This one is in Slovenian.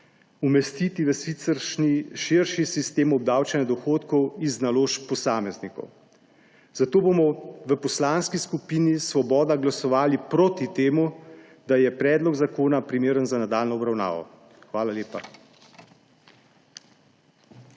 umestiti v siceršnji širši sistem obdavčenja dohodkov iz naložb posameznikov. Zato bomo v Poslanski skupini Svoboda glasovali proti temu, da je predlog zakona primeren za nadaljnjo obravnavo. Hvala lepa.